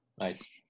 Nice